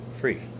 free